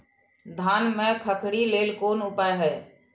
धान में खखरी लेल कोन उपाय हय?